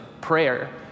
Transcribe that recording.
prayer